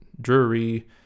Drury